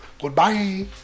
Goodbye